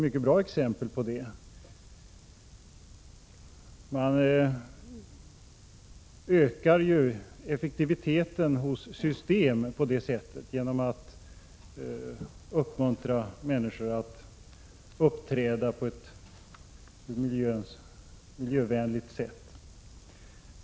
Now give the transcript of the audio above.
Man ökar ju effektiviteten hos system genom att uppmuntra människor att uppträda på ett miljövänligt sätt.